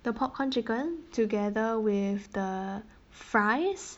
the popcorn chicken together with the fries